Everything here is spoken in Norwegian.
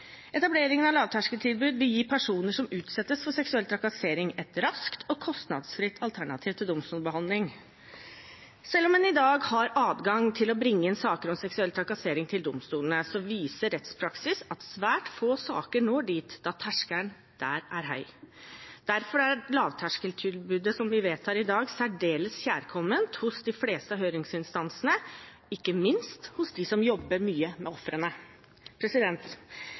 Etableringen av lavterskeltilbudet vil gi personer som utsettes for seksuell trakassering, et raskt og kostnadsfritt alternativ til domstolsbehandling. Selv om en i dag har adgang til å bringe inn saker om seksuell trakassering for domstolene, viser rettspraksis at svært få saker når dit, da terskelen der er høy. Derfor er lavterskeltilbudet som vi vedtar i dag, særdeles kjærkomment hos de fleste høringsinstansene – ikke minst hos dem som jobber mye med ofrene.